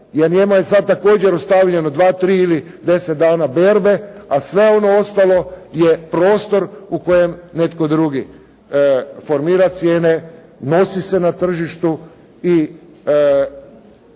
njemu je sad također ostavljeno dva, tri ili deset dana berbe, a sve ono ostalo je prostor u kojem netko drugi formira cijene, nosi se na tržištu i